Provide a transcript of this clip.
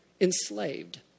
enslaved